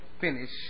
finish